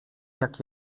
jak